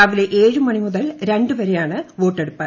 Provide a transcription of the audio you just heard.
രാവിലെ ഏഴു മണി മുതൽ രണ്ടു വരെയാണ് വോട്ടിംഗ്